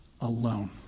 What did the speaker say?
alone